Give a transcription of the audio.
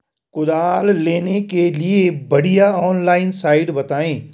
कुदाल लेने के लिए बढ़िया ऑनलाइन साइट बतायें?